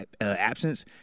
absence